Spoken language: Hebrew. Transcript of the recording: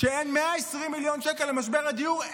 אין עשירית מזה למשבר הדיור?